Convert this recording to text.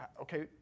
Okay